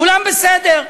כולם בסדר,